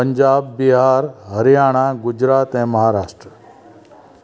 पंजाब बिहार हरियाणा गुजरात ऐं महाराष्ट्र